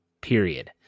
period